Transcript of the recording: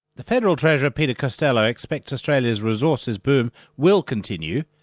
the federal treasurer, peter costello, expects australia's resources boom will continue,